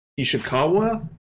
Ishikawa